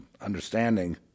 understanding